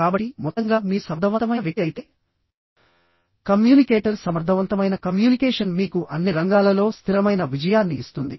కాబట్టి మొత్తంగా మీరు సమర్థవంతమైన వ్యక్తి అయితే కమ్యూనికేటర్ సమర్థవంతమైన కమ్యూనికేషన్ మీకు అన్ని రంగాలలో స్థిరమైన విజయాన్ని ఇస్తుంది